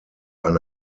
eine